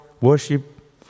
worship